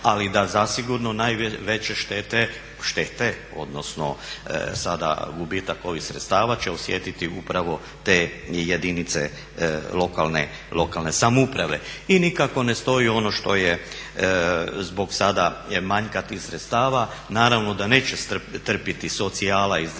Ali da zasigurno najveće štete, štete odnosno sada gubitak ovih sredstava će osjetiti upravo te jedinice lokalne samouprave. I nikako ne stoji ono što je zbog sada manjka tih sredstava. Naravno da neće trpiti socijala i zdravstvo.